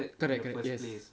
correct correct yes